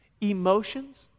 emotions